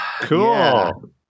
cool